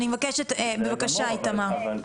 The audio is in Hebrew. בבקשה איתמר.